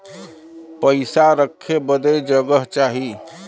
पइसा रखे बदे जगह चाही